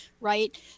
right